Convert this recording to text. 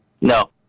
No